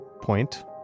point